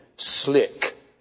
Slick